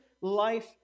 life